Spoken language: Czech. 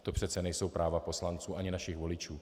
To přeci nejsou práva poslanců ani našich voličů.